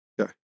Okay